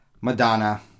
Madonna